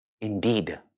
indeed